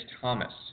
Thomas